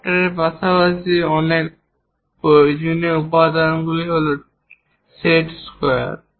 ড্রাফটারের পাশাপাশি অন্যান্য প্রয়োজনীয় উপাদানগুলি হল সেট স্কোয়ার